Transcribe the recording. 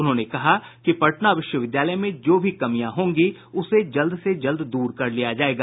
उन्होंने कहा कि पटना विश्वविद्यालय में जो भी कमियां होंगी उसे जल्द से जल्द दूर किया जायेगा